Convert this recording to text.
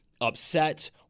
upset